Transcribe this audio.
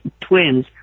twins